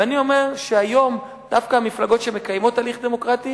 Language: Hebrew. ואני אומר שהיום דווקא המפלגות שמקיימות הליך דמוקרטי